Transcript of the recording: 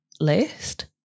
list